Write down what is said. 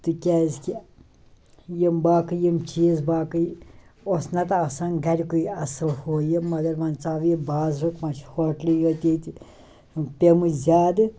تِکیٛازِ کہ یِم باقٕے یِم چیٖز باقٕے اوس نَتہٕ آصان گَرِکُے اصٕل ہُہ یہِ مگر ؤنۍ ژاو یہِ بازٕرُک ؤنۍ چھِ ہوٹلٕے یاتۍ ییٚتہِ پٮ۪مٕتۍ زیادٕ